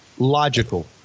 Logical